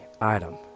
item